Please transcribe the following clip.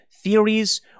theories